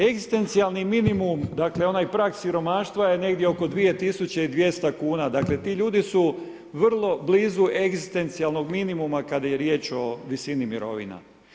Egzistencijalni minimum, dakle onaj prag siromaštva je negdje oko 2200 kuna, dakle ti ljudi su vrlo blizu egzistencijalnog minimuma kada je riječ o visini mirovina.